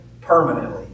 permanently